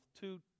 two